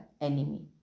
enemy